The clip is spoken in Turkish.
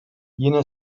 yine